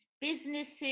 businesses